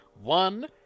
One